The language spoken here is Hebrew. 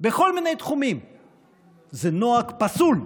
זה נוהג פסול.